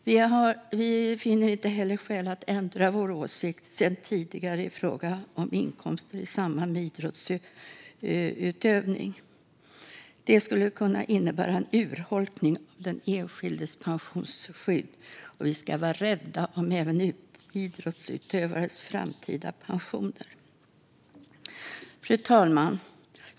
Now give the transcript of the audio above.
Vi finner inte heller skäl att ändra vår åsikt sedan tidigare i fråga om inkomster i samband med idrottsutövning. Det skulle kunna innebära en urholkning av den enskildes pensionsskydd. Vi ska vara rädda om även idrottsutövares framtida pensioner. Fru talman!